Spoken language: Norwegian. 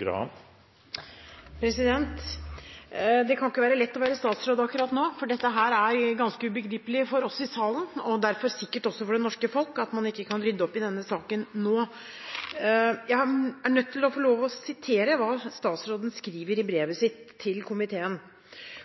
hverdagen. Det kan ikke være lett å være statsråd akkurat nå, for det er ganske ubegripelig for oss i salen, og derfor sikkert også for det norske folk, at man ikke kan rydde opp i denne saken nå. Jeg er nødt til å sitere det statsråden skriver i sitt brev til komiteen: